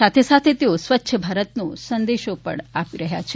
સાથે સાથે તેઓ સ્વચ્છ ભારતનો સંદેશો પણ આપી રહ્યા છે